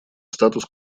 статус